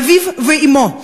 אביו ואמו.